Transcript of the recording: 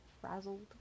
frazzled